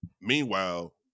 Meanwhile